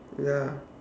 ya